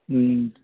ம்